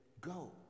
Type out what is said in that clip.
go